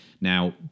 Now